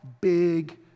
big